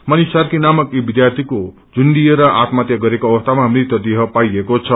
मनिष सार्की नामक यी विष्यार्थीको झुण्डिएर आत्म हतया गरेको अवस्थामा मृतदेह पाइएको छ